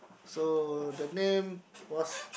so the name was